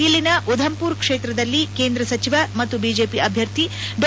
ಇಲ್ಲಿನ ಉಧಮ್ಪುರ್ ಕ್ಷೇತ್ರದಲ್ಲಿ ಕೇಂದ್ರ ಸಚಿವ ಮತ್ತು ಬಿಜೆಪಿ ಅಭ್ಯರ್ಥಿ ಡಾ